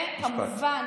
וכמובן,